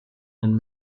and